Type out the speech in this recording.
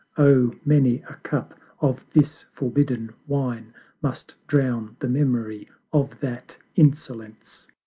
oh, many a cup of this forbidden wine must drown the memory of that insolence!